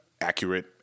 Accurate